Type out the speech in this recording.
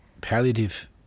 palliative